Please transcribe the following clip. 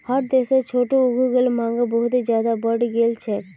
हर देशत छोटो उद्योगेर मांग बहुत ज्यादा बढ़ गेल छेक